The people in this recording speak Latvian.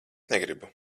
negribu